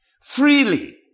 freely